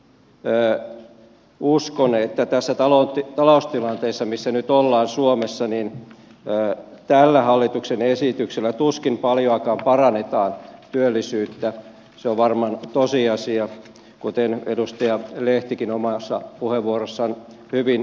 itse uskon että tässä taloustilanteessa missä nyt ollaan suomessa tällä hallituksen esityksellä tuskin paljoakaan parannetaan työllisyyttä se on varmaan tosiasia kuten edustaja lehtikin omassa puheenvuorossaan hyvin totesi